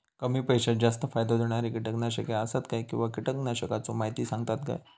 कमी पैशात जास्त फायदो दिणारी किटकनाशके आसत काय किंवा कीटकनाशकाचो माहिती सांगतात काय?